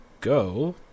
go